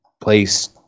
place